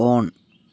on